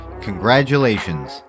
Congratulations